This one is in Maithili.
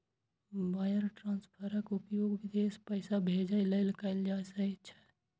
वायर ट्रांसफरक उपयोग विदेश पैसा भेजै लेल कैल जाइ छै